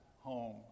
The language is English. home